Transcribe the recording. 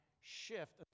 shift